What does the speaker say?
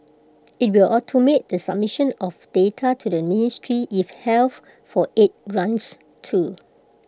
IT will automate the submission of data to the ministry if health for aid grants too